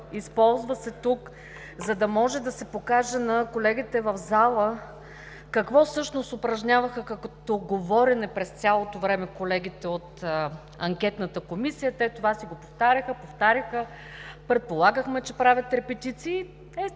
използва се тук, за да може да се покаже на колегите в залата какво всъщност упражняваха като говорене през цялото време колегите от Анкетната комисия, те това си го повтаряха, повтаряха. Предполагахме, че правят репетиции.